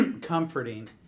comforting